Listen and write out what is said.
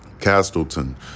Castleton